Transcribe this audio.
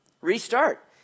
Restart